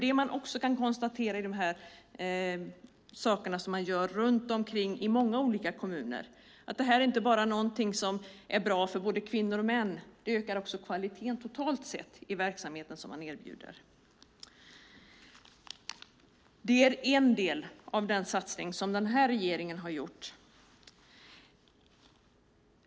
Det man kan konstatera runt om i många olika kommuner är att det man gör inte bara är någonting som är bra för både kvinnor och män, det ökar också kvaliteten totalt sett i den verksamhet som man erbjuder. Det är en del av den satsning som den här regeringen har gjort.